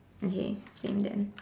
okay same then